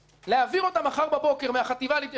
להעביר אותה מחר בבוקר מהחטיבה להתיישבות לרמ"י,